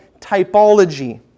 typology